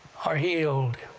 are healed,